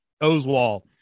Oswald